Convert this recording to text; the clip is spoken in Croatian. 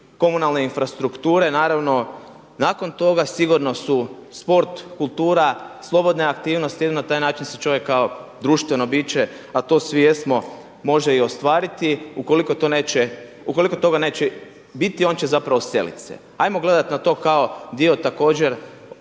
komunalne infrastrukture naravno. Nakon toga sigurno su sport, kultura, slobodne aktivnosti. Jedino na taj način se čovjek kao društveno biće a to svi jesmo može i ostvariti. Ukoliko toga neće biti, on će zapravo selit se. Hajmo gledat na to kao dio također